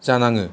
जानाङो